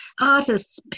artists